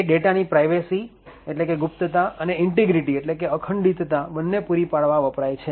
તે ડેટા ની પ્રાયવેસી ગુપ્તતા અને ઈંટીગ્રીટી અખંડીતતા બંને પૂરી પાડવા વપરાય છે